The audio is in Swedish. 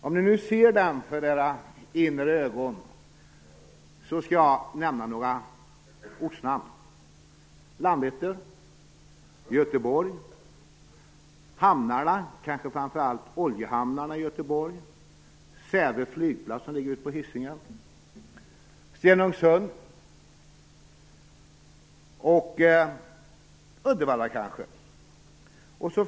Om ni ser denna bild för er inre blick, så skall jag nämna några ställen: Landvetter, Göteborg, hamnarna, kanske framför allt oljehamnarna, i Göteborg, Säve flygplats på Hisingen, Stenungsund och Uddevalla.